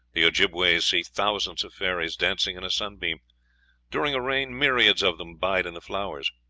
the ojibbeways see thousands of fairies dancing in a sunbeam during a rain myriads of them bide in the flowers.